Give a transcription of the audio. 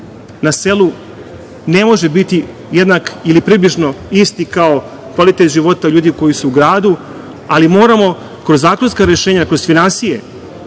na selu ne može biti jednak ili približno isti kao kvalitet života ljudi koji su u gradu, ali moramo kroz zakonska rešenja, kroz finansije,